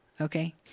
okay